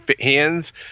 hands